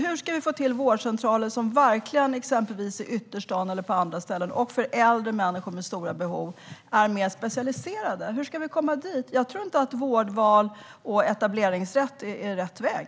Hur ska vi få fram vårdcentraler i till exempel ytterstaden och på andra ställen som är mer specialiserade för äldre människor med stora behov? Hur ska vi komma dit? Jag tror inte att vårdval och etableringsrätt är rätt väg.